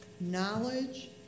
knowledge